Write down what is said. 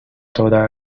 toda